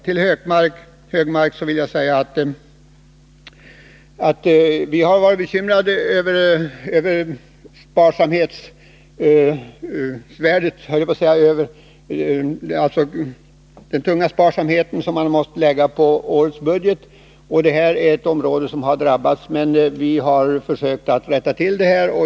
Till Anders Högmark vill jag säga att vi har varit bekymrade över den sparsamhetens tunga börda som har måst läggas på årets budget. Den utbildningsverksamhet som Anders Högmark nämner är ett område som har drabbats. Men vi har försökt att rätta till detta.